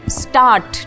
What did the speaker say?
start